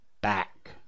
back